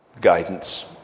guidance